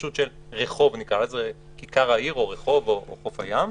פשוט של כיכר העיר או רחוב או חוף הים.